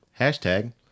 Hashtag